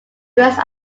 rest